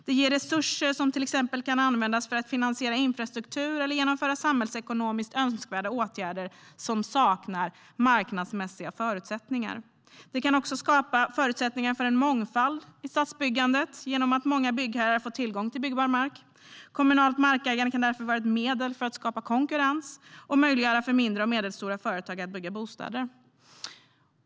Det ger resurser som till exempel kan användas för att finansiera infrastruktur eller genomföra samhällsekonomiskt önskvärda åtgärder som saknar marknadsmässiga förutsättningar. Det kan också skapa förutsättningar för en mångfald i stadsbyggandet genom att många byggherrar får tillgång till byggbar mark. Kommunalt markägande kan därför vara ett medel för att skapa konkurrens och möjliggöra för mindre och medelstora företag att bygga bostäder.